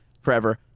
forever